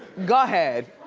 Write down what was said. go ahead.